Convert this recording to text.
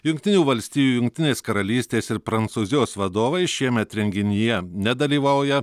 jungtinių valstijų jungtinės karalystės ir prancūzijos vadovai šiemet renginyje nedalyvauja